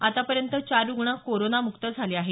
आतापर्यंत चार रुग्ण कोरोना विषाणू मुक्त झाले आहेत